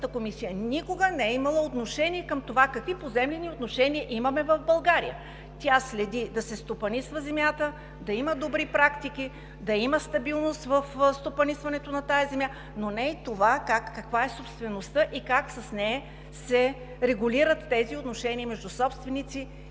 комисия никога не е имала отношение към това какви поземлени отношения имаме в България. Тя следи да се стопанисва земята, да има добри практики, да има стабилност в стопанисването на тази земя, но не и това каква е собствеността и как с нея се регулират тези отношения между собственици